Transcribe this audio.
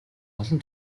олон